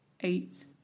eight